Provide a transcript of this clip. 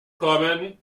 kommen